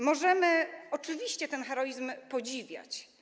Możemy oczywiście ten heroizm podziwiać.